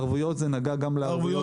זה נגע גם לערבויות